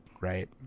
right